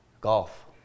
Golf